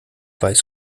weiß